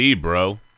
bro